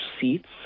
seats